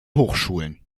hochschulen